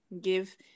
Give